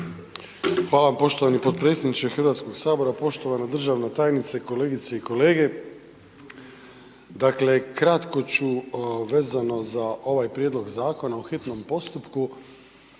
Hvala poštovani potpredsjedniče Hrvatskog sabora. Poštovana državna tajnice, kolegice i kolege dakle kratko ću vezano za ovaj prijedlog zakona u hitnom postupku,